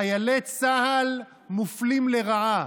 חיילי צה"ל מופלים לרעה.